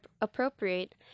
appropriate